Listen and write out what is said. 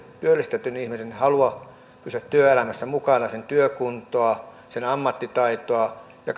työllistetyn ihmisen halua pysyä työelämässä mukana hänen työkuntoaan ja ammattitaitoaan ja